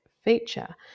feature